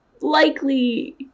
likely